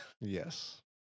Yes